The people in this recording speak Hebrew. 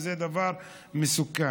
וזה דבר מסוכן.